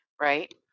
right